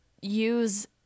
use